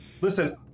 Listen